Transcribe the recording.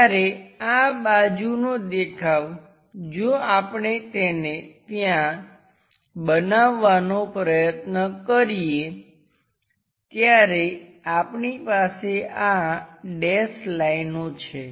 જ્યારે આ બાજુનો દેખાવ જો આપણે તેને ત્યાં બનાવવાનો પ્રયત્ન કરીએ ત્યારે આપણી પાસે આ ડેશ લાઇનો છે